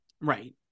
right